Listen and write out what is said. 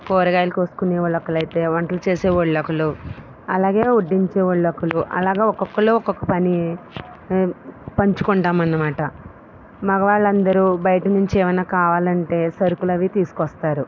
కూరగాయలు కోసుకునే వాళ్ళు ఒకరైతే వంటలు చేసే వాళ్ళు ఒకరు అలాగే వడ్డించే వాళ్ళు ఒకరు ఒక్కొక్కరు ఒక్కొక్క పని పంచుకుంటాం అన్నమాట మగవాళ్ళు అందటు బయటనుంచి ఏమన్నా కావాలి అంటే సరుకులు అవి తీసుకొస్తారు